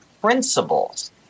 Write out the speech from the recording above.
principles